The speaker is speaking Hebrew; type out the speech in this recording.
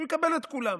שהוא יקבל את כולם,